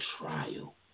trial